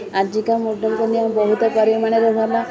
ଆଜିକା ମଡ଼େଲ୍ ଦୁନିଆରେ ବହୁତ ପରିମାଣରେ